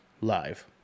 live